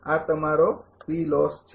આ તમારો છે